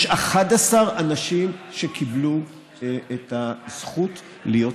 יש 11 אנשים שקיבלו את הזכות להיות פליט.